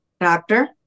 doctor